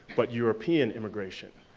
but european immigration.